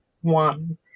one